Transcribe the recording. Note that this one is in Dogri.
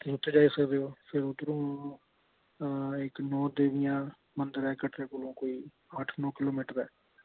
तुस उत्थे जाई सकदे ओ फिर उद्धरूं इक नौ देवियां मंदर ऐ कटरै कोला कोई अट्ठ नौ किल्लो मीटर ऐ